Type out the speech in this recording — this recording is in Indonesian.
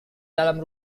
dalam